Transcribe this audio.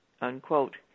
unquote